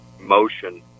motion